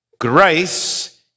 Grace